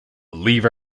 leave